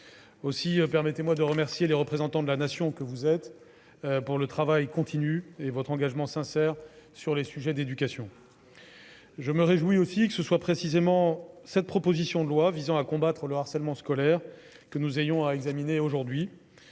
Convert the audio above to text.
Aussi, permettez-moi de remercier les représentants de la Nation que vous êtes pour leur travail continu et leur engagement sincère sur les sujets d'éducation. Je me réjouis aussi que ce soit précisément cette proposition de loi visant à combattre le harcèlement scolaire que nous ayons à examiner aujourd'hui,